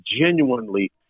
genuinely